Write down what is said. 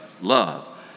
love